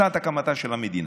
שנת הקמתה של המדינה.